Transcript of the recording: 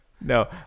No